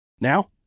Now